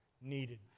needed